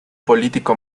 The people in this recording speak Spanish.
político